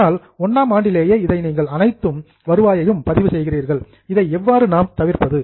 ஆனால் 1 ஆம் ஆண்டிலேயே நீங்கள் அனைத்து வருவாயையும் பதிவு செய்கிறீர்கள் இதை எவ்வாறு அவாய்ட் தவிர்ப்பீர்கள்